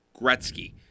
Gretzky